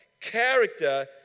Character